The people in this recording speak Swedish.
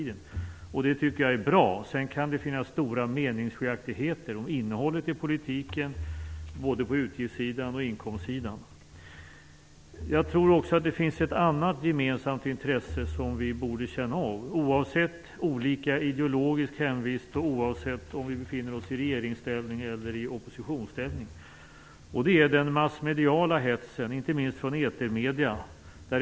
Det tycker jag är bra. Sedan kan det finnas stora meningsskiljaktigheter om innehållet i politiken, på både utgiftssidan och inkomstsidan. Jag tror också att det finns ett annat gemensamt intresse som vi borde känna av, oavsett olika ideologiska hemvist och oavsett om vi befinner oss i regeringsställning eller i oppositionsställning. Det är den massmediala hetsen, inte minst från etermedierna.